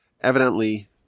Evidently